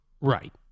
Right